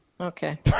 okay